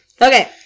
Okay